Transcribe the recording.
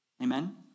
Amen